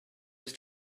was